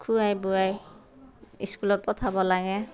খোৱাই বোৱাই স্কুলত পঠাব লাগে